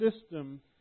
system